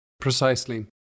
Precisely